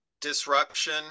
disruption